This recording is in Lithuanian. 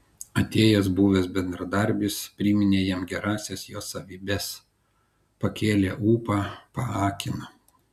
atėjęs buvęs bendradarbis priminė jam gerąsias jo savybes pakėlė ūpą paakino